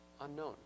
Unknown